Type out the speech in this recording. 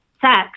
sex